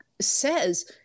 says